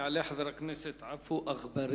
יעלה חבר הכנסת עפו אגבאריה.